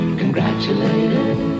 congratulated